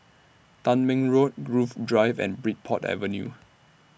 Tangmere Road Grove Drive and Bridport Avenue